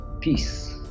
Peace